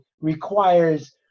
requires